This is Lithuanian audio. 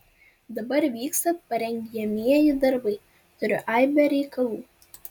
dabar vyksta parengiamieji darbai turiu aibę reikalų